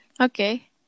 Okay